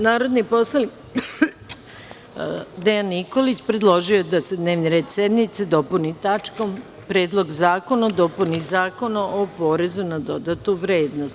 Narodni poslanik Dejan Nikolić predložio je da se dnevni red sednice dopuni tačkom – Predlog zakona o dopuni Zakona o porezu na dodatu vrednost.